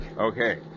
Okay